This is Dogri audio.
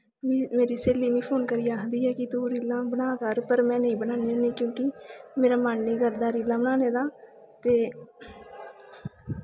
मेरी स्हेली मी आखदी ऐ कि तूं रीलां बनाऽ कर पर में नेईं बनान्नी होन्नीं क्योंकि मेरा मन निं करदा रीलां बनाने दा ते